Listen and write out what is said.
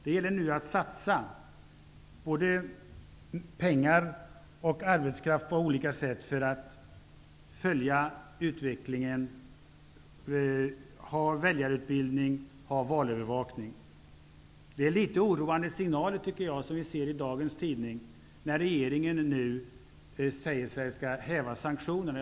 Det gäller nu att satsa både pengar och arbetskraft för att på olika sätt följa utvecklingen, bedriva väljarutbildning samt ha valövervakning. Jag tycker att vi i dagens tidningar har sett litet oroande signaler när regeringen nu säger sig ha för avsikt att häva sanktionerna.